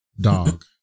dog